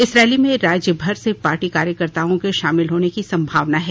इस रैली में राज्य भर से पार्टी कार्यकर्ताओं के शामिल होने की संभावना है